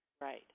Right